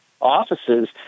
offices